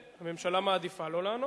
כן, הממשלה מעדיפה לא לענות.